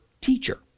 teacher